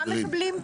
מה מקבלים?